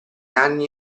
anni